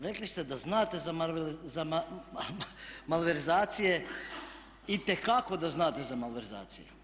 Rekli ste da znate za malverzacije, itekako da znate za malverzacije.